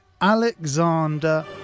Alexander